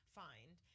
find